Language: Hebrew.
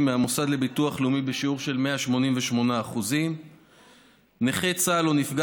מהמוסד לביטוח לאומי בשיעור של 188%; נכה צה"ל או נפגע